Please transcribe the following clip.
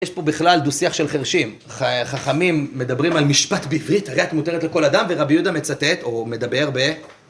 יש פה בכלל דו-שיח של חרשים, חכמים מדברים על משפט בעברית, הרי את מותרת לכל אדם ורבי יהודה מצטט, או מדבר ב...